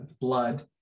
blood